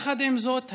עם זאת,